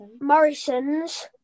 Morrison's